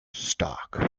stock